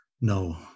No